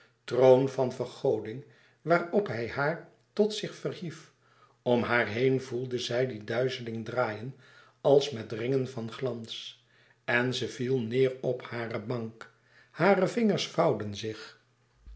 troon van vergoding waarop hij haar tot zich verhief om haar heen voelde zij die duizeling draaien als met ringen van glans en ze viel neêr op hare bank hare vingers vouwden zich